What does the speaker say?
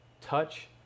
touch